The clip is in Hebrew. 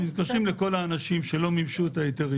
אנחנו מתקשרים לכל האנשים שלא מימשו את ההיתרים